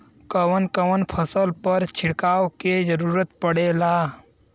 कवन कवन फसल पर छिड़काव के जरूरत पड़ेला?